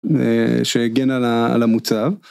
שהגן על המוצר.